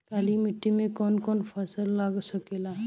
काली मिट्टी मे कौन कौन फसल लाग सकेला?